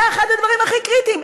זה אחד הדברים הכי קריטיים.